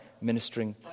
ministering